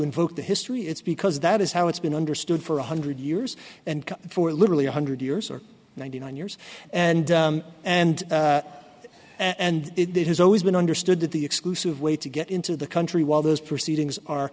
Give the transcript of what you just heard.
invoke the history it's because that is how it's been understood for one hundred years and for literally one hundred years or ninety nine years and and and it has always been understood that the exclusive way to get into the country while those proceedings are